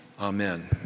Amen